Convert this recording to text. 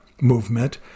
movement